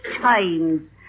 times